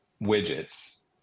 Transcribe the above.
widgets